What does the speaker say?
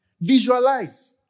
visualize